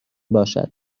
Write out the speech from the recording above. باشد